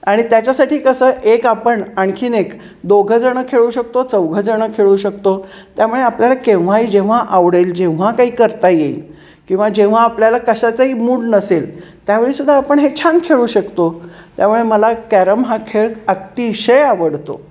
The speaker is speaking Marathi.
आणि त्याच्यासाठी कसं एक आपण आणखीन एक दोघंजणं खेळू शकतो चौघंजणं खेळू शकतो त्यामुळे आपल्याला केव्हाही जेव्हा आवडेल जेव्हा काही करता येईल किंवा जेव्हा आपल्याला कशाचाही मूड नसेल त्यावेळीसुद्धा आपण हे छान खेळू शकतो त्यामुळे मला कॅरम हा खेळ अतिशय आवडतो